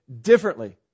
differently